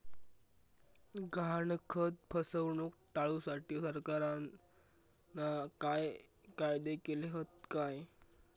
गहाणखत फसवणूक टाळुसाठी सरकारना काय कायदे केले हत काय?